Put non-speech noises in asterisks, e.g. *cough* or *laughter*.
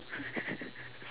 *laughs*